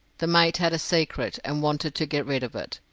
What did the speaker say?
the mate had a secret and wanted to get rid of it.